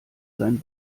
sein